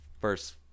first